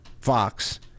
Fox